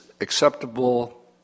acceptable